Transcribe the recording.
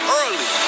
early